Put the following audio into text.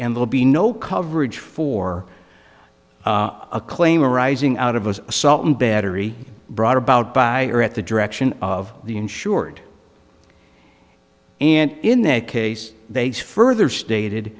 and will be no coverage for a claim arising out of us assault and battery brought about by or at the direction of the insured and in that case they further stated